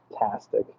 Fantastic